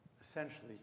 essentially